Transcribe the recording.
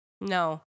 No